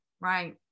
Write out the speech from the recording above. right